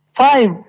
five